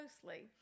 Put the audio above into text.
closely